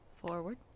forward